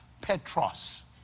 Petros